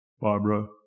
Barbara